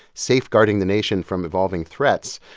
safeguarding the nation from evolving threats.